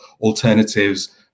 alternatives